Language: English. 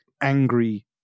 angry